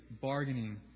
bargaining